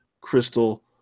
crystal